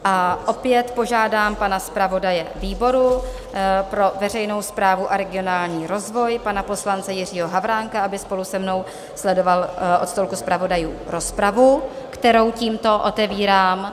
A opět požádám pana zpravodaje výboru pro veřejnou správu a regionální rozvoj, pana poslance Jiřího Havránka, aby spolu se mnou sledoval od stolku zpravodajů rozpravu, kterou tímto otevírám.